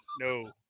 no